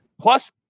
plus